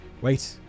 wait